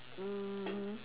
um